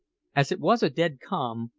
as it was a dead calm,